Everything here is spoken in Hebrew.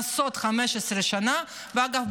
אגב,